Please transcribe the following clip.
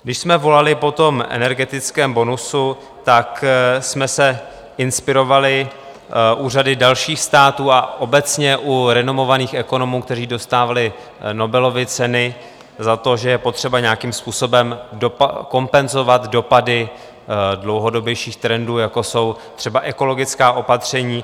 Když jsme volali po energetickém bonusu, tak jsme se inspirovali u řady dalších států a obecně u renomovaných ekonomů, kteří dostávali Nobelovy ceny za to, že je potřeba nějakým způsobem kompenzovat dopady dlouhodobějších trendů, jako jsou třeba ekologická opatření.